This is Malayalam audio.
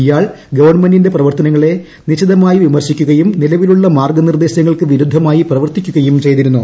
ഇയാൾ ഗവൺമെന്റിന്റെ പ്രവർത്തനങ്ങളെ നിശിതമായി വിമർശിക്കുകയും നിലവിലുള്ള മാർഗനിർദ്ദേശങ്ങൾക്ക് വിരുദ്ധമായി പ്രവർത്തിക്കുകയും ചെയ്തിരുന്നു